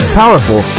powerful